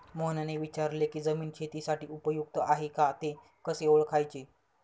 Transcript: मोहनने विचारले की जमीन शेतीसाठी उपयुक्त आहे का ते कसे ओळखायचे?